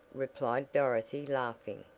replied dorothy, laughing.